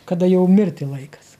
kada jau mirti laikas